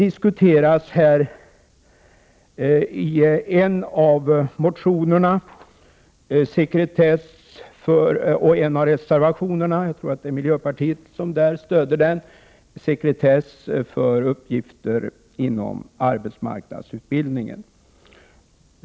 I en av motionerna och en av reservationerna — jag tror det är miljöpartiet som stödjer den — diskuteras sekretess för uppgifter inom arbetsmarknadsutbildningen.